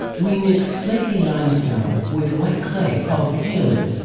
we mix flaky limestone with white clay called kaolin.